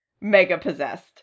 mega-possessed